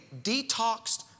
detoxed